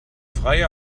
freie